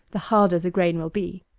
the harder the grain will be.